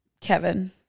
Kevin